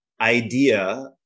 idea